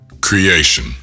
creation